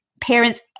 parents